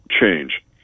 change